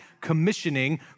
commissioning